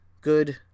good